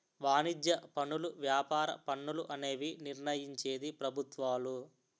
వాణిజ్య పనులు వ్యాపార పన్నులు అనేవి నిర్ణయించేది ప్రభుత్వాలు